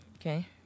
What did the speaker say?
Okay